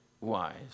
wise